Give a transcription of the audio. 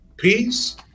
Peace